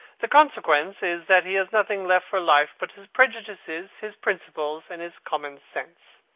the consequence is that he has nothing left for life but his prejudices, his principles, and his common sense.